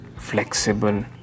flexible